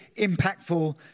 impactful